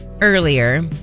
earlier